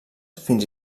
fins